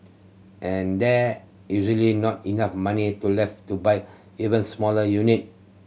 and there usually not enough money to left to buy even smaller unit